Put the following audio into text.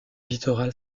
littoral